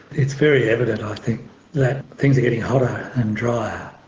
it's very evident i think that things are getting hotter and drier.